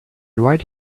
right